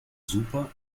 super